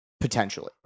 potentially